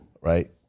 Right